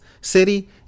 city